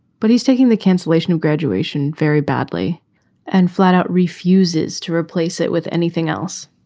but he's taking the cancellation of graduation very badly and flat out refuses to replace it with anything else.